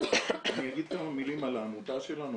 אני אגיד כמה מילים על העמותה שלנו.